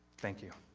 thank you.